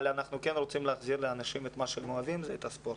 אנחנו כן רוצים להחזיר לאנשים את מה שהם אוהבים שזה הספורט.